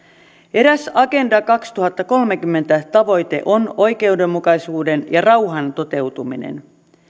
eräs agenda kaksituhattakolmekymmentä tavoite on oikeudenmukaisuuden ja rauhan toteutuminen